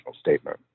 statement